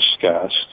discussed